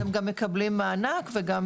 הם גם מקבלים מענק וגם